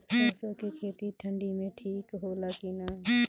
सरसो के खेती ठंडी में ठिक होला कि ना?